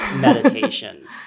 meditation